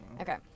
Okay